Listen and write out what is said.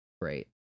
great